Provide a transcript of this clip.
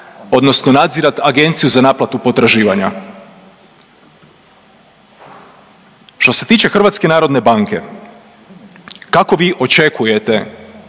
odnosno nadzirat Agenciju za naplatu potraživanja. Što se tiče HNB-a kako vi očekujete